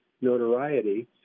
notoriety